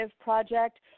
project